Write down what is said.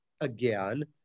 again